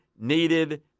needed